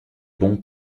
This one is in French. bon